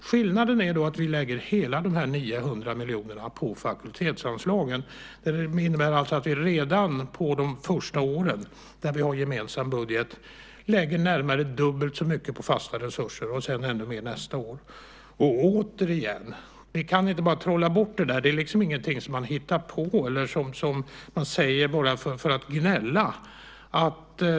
Skillnaden är att vi lägger hela 900 miljoner på fakultetsanslagen. Det innebär att vi redan de första åren, där vi har gemensam budget, lägger nästan dubbelt så mycket på fasta resurser, och ännu mer nästa år. Ni kan inte bara trolla bort det. Det är inte något som man hittar på eller säger bara för att gnälla.